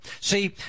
See